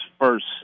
first